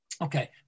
okay